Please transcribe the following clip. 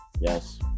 Yes